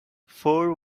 fore